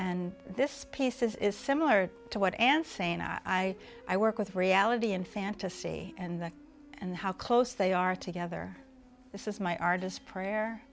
and this piece is similar to what and saying i i work with reality and fantasy and and how close they are together this is my artist prayer